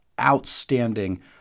outstanding